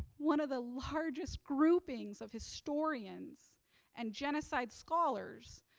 one of the largest groupings of historians and genocide scholars,